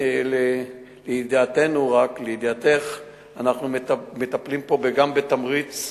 רק לידיעתנו, לידיעתך, אנחנו מטפלים פה גם בתמריץ,